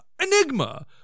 Enigma